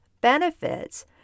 benefits